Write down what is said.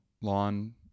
lawn